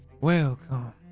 Welcome